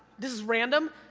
this is random,